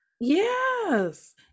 yes